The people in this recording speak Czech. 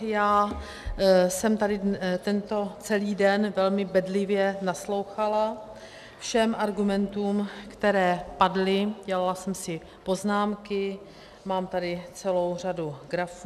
Já jsem tady tento celý den velmi bedlivě naslouchala všem argumentům, které padly, dělala jsem si poznámky, mám tady celou řadu grafů.